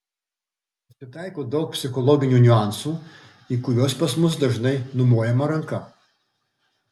pasitaiko daug psichologinių niuansų į kuriuos pas mus dažnai numojama ranka